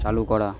চালু করা